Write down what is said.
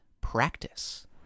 Practice